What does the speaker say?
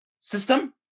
system